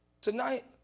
Tonight